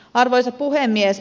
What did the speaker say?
arvoisa puhemies